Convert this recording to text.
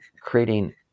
creating